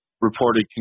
Reported